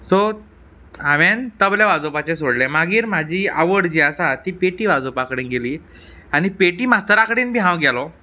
so हांवेंन तबला वाजोवपाचें सोडलें मागीर म्हाजी आवड जी आसा ती पेटी वाजोवपा कडेन गेली आनी पेटी मास्तरा कडेन बी हांव गेलों